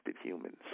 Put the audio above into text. humans